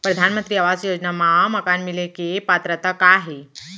परधानमंतरी आवास योजना मा मकान मिले के पात्रता का हे?